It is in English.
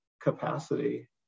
capacity